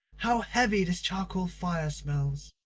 how heavy this charcoal fire smells.